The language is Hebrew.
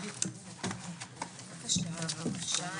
הישיבה ננעלה בשעה